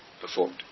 performed